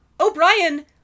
O'Brien